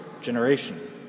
generation